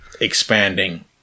expanding